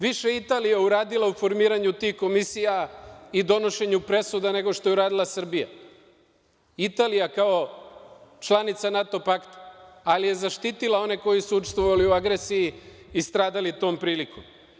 Više je Italija uradila u formiranju tih komisija i donošenju presuda, nego što je uradila Srbija, Italija, kao članica NATO pakta, ali je zaštitila one koji su učestvovali u agresiji i stradali tom prilikom.